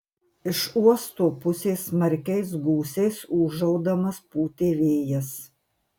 iš uosto pusės smarkiais gūsiais ūžaudamas pūtė vėjas